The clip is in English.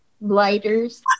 lighters